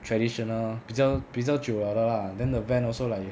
traditional 比较比较久了的 lah then the van also like